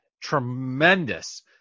Tremendous